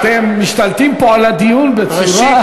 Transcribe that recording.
אתם משתלטים פה על הדיון בצורה בלתי אפשרית.